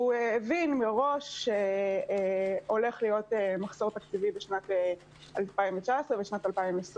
הוא הבין מראש שהולך להיות מחסור תקציבי בשנים 2019 ו-2020,